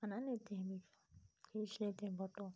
बना लेते हैं वीडियो खींच लेते हैं फोटो